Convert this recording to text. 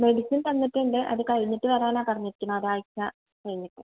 medicine തന്നിട്ടുണ്ട് അത് കഴിഞ്ഞിട്ട് വരാനാണ് പറഞ്ഞിരിക്കുന്നത് ഒരാഴ്ച്ച കഴിഞ്ഞിട്ട്